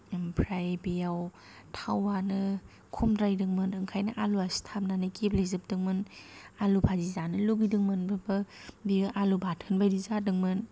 ओमफ्राय बेयाव थावानो खमद्रायदोंमोन ओंखायनो आलुआ सिथाबनानै गेब्लेजोबदोंमोन आलु भाजि जानो लुगैदोंमोनबाबो बेयो आलु बाथोन बायदि जादोंमोन